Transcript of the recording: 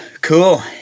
cool